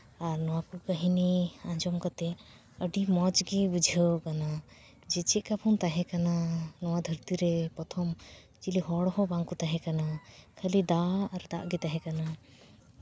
ᱟᱨ ᱱᱚᱣᱟ ᱠᱚ ᱠᱟᱹᱦᱚᱱᱤ ᱟᱸᱡᱚᱢ ᱠᱟᱛᱮᱫ ᱟᱹᱰᱤ ᱢᱚᱡᱽᱜᱮ ᱵᱩᱡᱷᱟᱹᱣ ᱟᱠᱟᱱᱟ ᱡᱮ ᱪᱮᱫᱠᱟᱵᱚᱱ ᱛᱟᱦᱮᱸ ᱠᱟᱱᱟ ᱱᱚᱣᱟ ᱫᱷᱟᱹᱨᱛᱤᱨᱮ ᱯᱨᱚᱛᱷᱚᱢ ᱪᱮᱞᱮ ᱦᱚᱲᱦᱚᱸ ᱵᱟᱝᱠᱚ ᱛᱟᱦᱮᱸ ᱠᱟᱱᱟ ᱠᱷᱟᱹᱞᱤ ᱫᱟᱜ ᱟᱨ ᱫᱟᱜ ᱜᱮ ᱛᱟᱦᱮᱸ ᱠᱟᱱᱟ